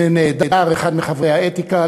אם נעדר אחד מחברי ועדת האתיקה,